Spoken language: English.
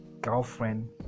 girlfriend